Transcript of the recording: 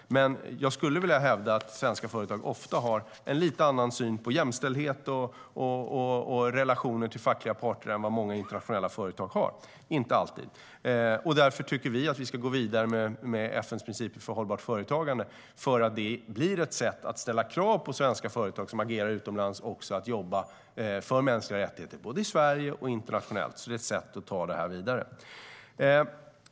Jag skulle vilja hävda att svenska företag ofta har en liten annan syn på jämställdhet och relationer till fackliga parter än vad många internationella företag har, men så är det inte alltid. Därför tycker vi att vi ska gå vidare med FN:s principer för hållbart företagande. Det blir ett sätt att ställa krav på svenska företag som agerar utomlands att också jobba för mänskliga rättigheter både i Sverige och internationellt. Det är ett sätt att ta det vidare.